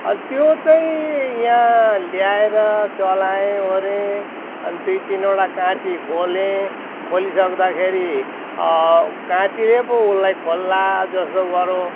अन्त त्यो चाहिँ यहाँ ल्याएर चलाएँ ओरे अनि दुई तिनवटा काँटी खोलेँ खोलिसक्दाखेरि काँटीले पो उसलाई खोल्ला जस्तो गऱ्यो